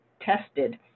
tested